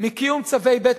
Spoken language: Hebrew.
מקיום צווי בית-משפט.